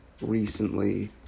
recently